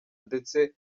ndetse